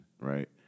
right